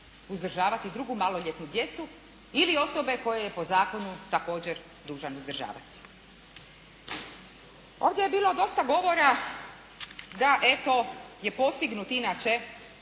uzdržavati drugu maloljetnu djecu ili osobe koje je po zakonu također dužan uzdržavati. Ovdje je bilo dosta govora da eto je postignut inače,